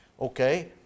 Okay